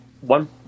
one